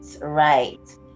right